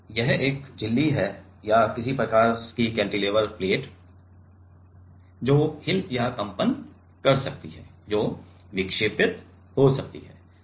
तो यह एक झिल्ली या किसी प्रकार की कैंटिलीवर प्लेट की तरह है जो हिल या कंपन कर सकती है जो विक्षेपित हो सकती है